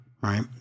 right